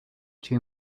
two